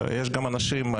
יש גם אנשים,